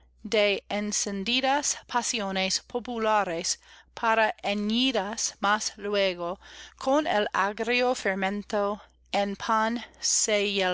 de encendidas pasiones populares para heñidas más luego con el agrio fermento